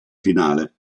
finale